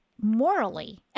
morally